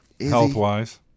health-wise